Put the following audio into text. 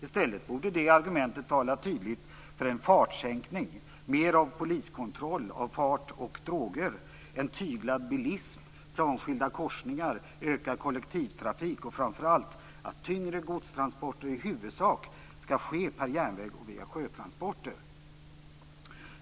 I stället borde det argumentet tala tydligt för en fartsänkning, mer av poliskontroll av fart och droger, en tyglad bilism, planskilda korsningar, ökad kollektivtrafik och framför allt att tyngre godstransporter i huvudsak skall ske per järnväg och via sjötransporter.